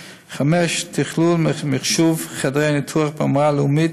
5. תכלול מחשוב חדרי הניתוח ברמה הלאומית